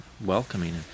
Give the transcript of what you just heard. welcoming